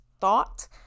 thought